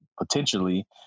potentially